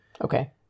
Okay